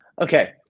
Okay